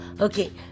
Okay